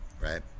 right